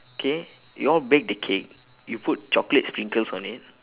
okay you all bake the cake you put chocolates sprinkles on it